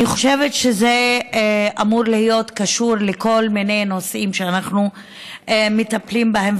אני חושבת שזה אמור להיות קשור לכל מיני נושאים שאנחנו מטפלים בהם,